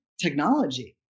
technology